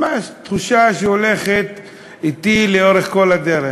ממש תחושה שהולכת אתי לאורך כל הדרך.